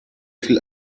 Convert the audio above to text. viel